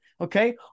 okay